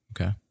Okay